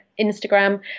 Instagram